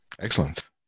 Excellent